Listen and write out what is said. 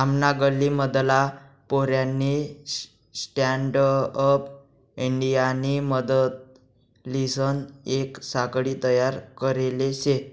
आमना गल्ली मधला पोऱ्यानी स्टँडअप इंडियानी मदतलीसन येक साखळी तयार करले शे